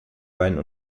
beiden